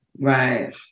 right